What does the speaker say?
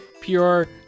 pure